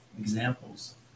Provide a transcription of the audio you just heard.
examples